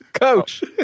Coach